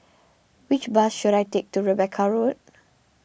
which bus should I take to Rebecca Road